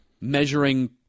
measuring